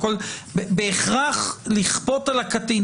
בהכרח לכפות על הקטין,